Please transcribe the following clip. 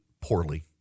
poorly